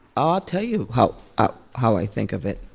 i'll tell you how ah how i think of it.